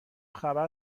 خبر